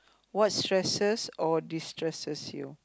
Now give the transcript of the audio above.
what stresses or destresses you